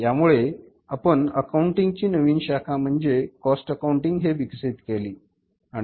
त्यामुळे आपण अकाउंटिंग ची नवीन शाखा म्हणजे कॉस्ट अकाउंटिंग हे विकसित केली